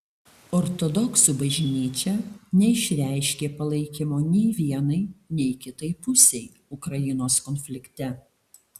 ortodoksų bažnyčia neišreiškė palaikymo nei vienai nei kitai pusei ukrainos konflikte